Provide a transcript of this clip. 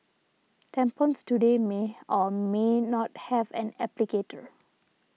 tampons today may or may not have an applicator